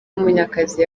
munyakazi